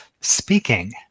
speaking